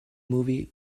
movie